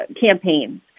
campaigns